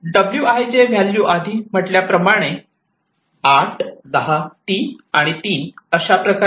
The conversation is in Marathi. wij व्हॅल्यू आधी म्हटल्या प्रमाणे 810 3 आणि 3 अशा प्रकारे आहेत